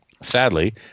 Sadly